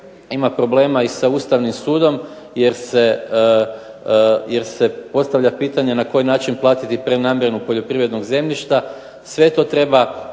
ima problema sa Ustavnim sudom jer se postavlja pitanje jer se pita na koji način platiti prenamjenu poljoprivrednog zemljišta sve to treba